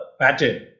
pattern